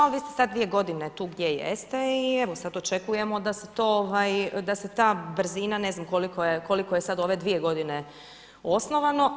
Ali vi ste sad dvije godine tu gdje jeste i evo sad očekujemo da se ta brzina ne znam koliko je sad u ove dvije godine osnovano.